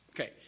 Okay